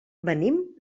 venim